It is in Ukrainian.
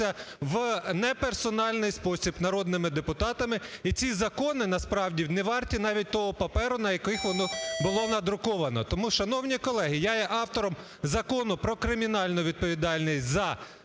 в неперсональний спосіб народними депутатами, і ці закони не варті навіть того паперу, на яких воно було надруковано. Тому, шановні колеги, я є автором Закону про кримінальну відповідальність за